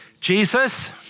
Jesus